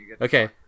Okay